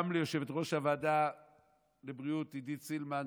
גם ליושבת-ראש ועדת הבריאות עידית סילמן,